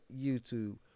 YouTube